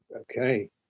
Okay